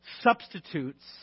substitutes